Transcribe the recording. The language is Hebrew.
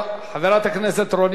חברת הכנסת רונית תירוש,